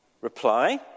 reply